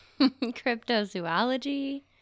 cryptozoology